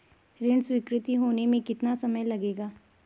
ऋण स्वीकृति होने में कितना समय लगेगा?